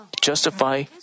justify